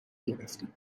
گرفتیم